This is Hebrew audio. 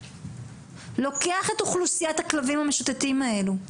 לוקח את אוכלוסיית הכלבים המשוטטים האלו,